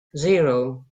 zero